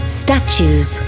statues